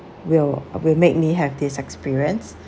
will will make me have this experience